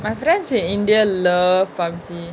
my friends in india love PUB_G